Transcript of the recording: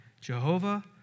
Jehovah